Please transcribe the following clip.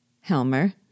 Helmer